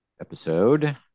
episode